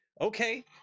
Okay